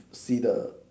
see the